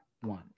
one